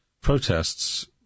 protests